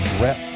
rep